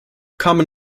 common